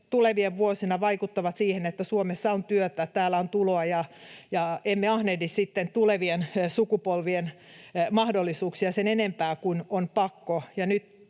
tulevina vuosina vaikuttavat siihen, että Suomessa on työtä, täällä on tuloa, ja emme ahnehdi sitten tulevien sukupolvien mahdollisuuksia sen enempää kuin on pakko.